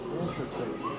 interesting